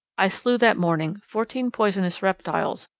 i slew that morning fourteen poisonous reptiles,